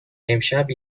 امشب